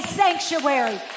sanctuary